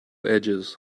edges